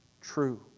true